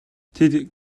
тэд